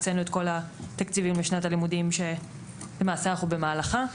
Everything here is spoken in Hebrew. הקצנו את כל התקציבים לשנת הלימודים שלמעשה אנחנו במהלכה.